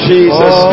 Jesus